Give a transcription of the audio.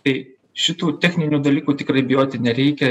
tai šitų techninių dalykų tikrai bijoti nereikia